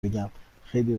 بگم، خیلی